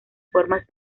formas